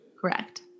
Correct